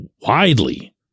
widely